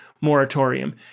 moratorium